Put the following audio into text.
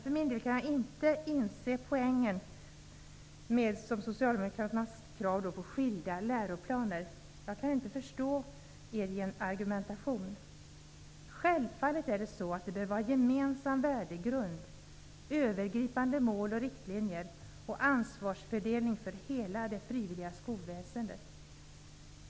För min del kan jag inte inse poängen med socialdemokraternas krav på skilda läroplaner. Jag kan inte förstå er argumentation. Självfallet behöver det vara gemensam värdegrund, övergripande mål och riktlinjer och en ansvarsfördelning för hela det frivilliga skolväsendet.